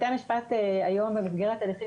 היום בתי המשפט מבקשים במסגרת הליכים